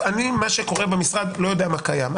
מה שקורה במשרד אני לא יודע מה קיים.